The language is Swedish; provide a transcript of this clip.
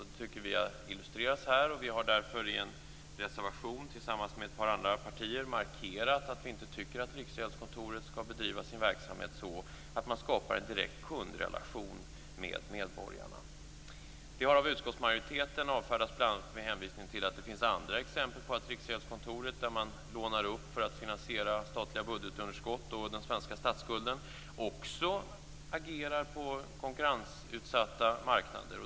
Det tycker vi illustreras här, och vi har därför i en reservation tillsammans med ett par andra partier markerat att vi inte tycker att Riksgäldskontoret skall bedriva sin verksamhet så att man skapar en direkt kundrelation till medborgarna. Detta har av utskottsmajoriteten avfärdats bl.a. med hänvisning till att det finns andra exempel där Riksgäldskontoret, när det lånar upp för att finansiera det statliga budgetunderskottet och den svenska statsskulden, också agerar på konkurrensutsatta marknader.